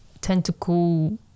tentacle